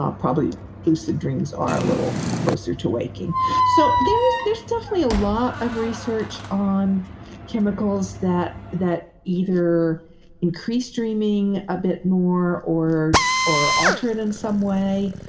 ah probably lucid dreams are a little closer to waking so, there's there's definitely a lot of research on chemicals that that either increase dreaming a bit more, or or alter it in some way.